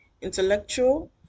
intellectual